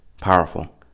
powerful